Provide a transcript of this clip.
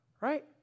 right